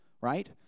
right